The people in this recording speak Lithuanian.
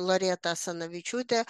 loreta asanavičiūtė